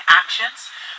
actions